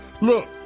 Look